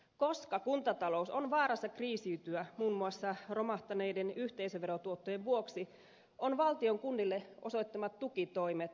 koska kuntatalous on vaarassa kriisiytyä muun muassa romahtaneiden yhteisöverotuottojen vuoksi ovat valtion kunnille osoittamat tukitoimet mittavat